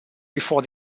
before